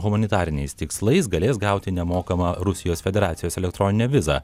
humanitariniais tikslais galės gauti nemokamą rusijos federacijos elektroninę vizą